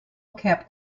kept